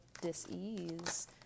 dis-ease